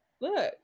look